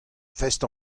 fest